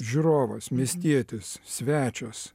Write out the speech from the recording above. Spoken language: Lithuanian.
žiūrovas miestietis svečias